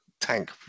tank